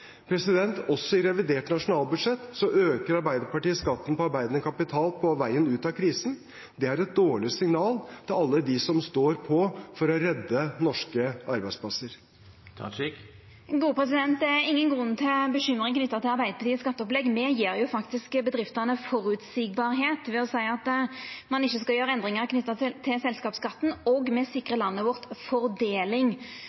Også i revidert nasjonalbudsjett øker Arbeiderpartiet skatten på arbeidende kapital på veien ut av krisen. Det er et dårlig signal til alle dem som står på for å redde norske arbeidsplasser. Det er ingen grunn til bekymring knytt til Arbeidarpartiets skatteopplegg. Me gjev faktisk bedriftene føreseielegheit ved å seia at ein ikkje skal gjera endringar knytt til selskapsskatten, og